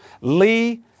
Lee